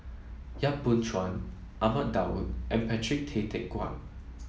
Yap Boon Chuan Ahmad Daud and Patrick Tay Teck Guan